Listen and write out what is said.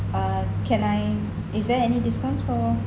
uh can I is there any discounts for